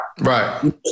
Right